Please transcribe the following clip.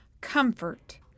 comfort